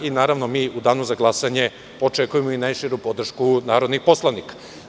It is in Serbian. Naravno, mi u danu za glasanje očekujemo i najširu podršku narodnih poslanika.